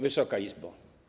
Wysoka Izbo!